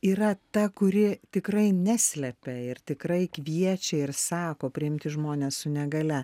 yra ta kuri tikrai neslepia ir tikrai kviečia ir sako priimti žmones su negalia